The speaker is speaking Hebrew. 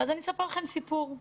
אני אספר לכם סיפור.